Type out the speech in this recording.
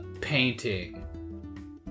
painting